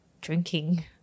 drinking